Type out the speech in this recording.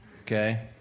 Okay